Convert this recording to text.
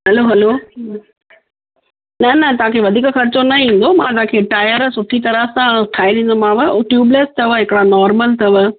hello hello न न तव्हांखे वधीक ख़र्चो न ईंदो मां तव्हांखे टायर सुठी तरहं सां ठाहे ॾींदोमाव ऐं ट्यूबलाईट ता हिकिड़ा नॉर्मल अथव